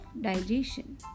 digestion